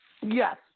Yes